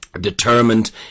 determined